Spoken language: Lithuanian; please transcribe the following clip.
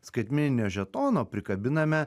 skaitmeninio žetono prikabiname